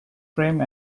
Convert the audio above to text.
frame